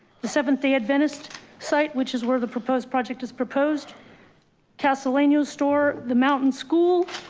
the seventh day adventist site, which is where the proposed project is proposed castlevania store, the mountain school